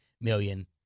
million